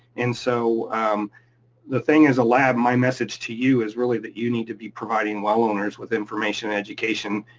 and so the thing is a lab, my message to you is really that you need to be providing well owners with information education,